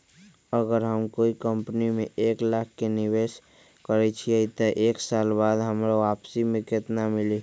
अगर हम कोई कंपनी में एक लाख के निवेस करईछी त एक साल बाद हमरा वापसी में केतना मिली?